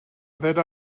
that